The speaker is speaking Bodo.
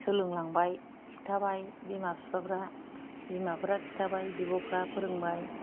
सोलोंलांबाय खिथाबाय बिमा बिफाफ्रा बिमाफ्रा खिथाबाय बिब'फ्रा फोरोंबाय